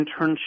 internship